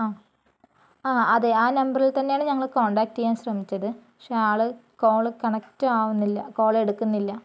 ആ ആ അതെ ആ നമ്പറിൽ തന്നെയാണ് ഞങ്ങൾ കോണ്ടാക്ട് ചെയ്യാൻ ശ്രമിച്ചത് പക്ഷെ ആള് കോള് കണക്റ്റാവുന്നില്ല കോളെടുക്കുന്നില്ല